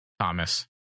Thomas